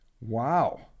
Wow